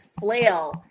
flail